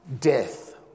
death